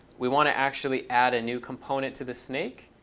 we want to actually add a new component to the snake.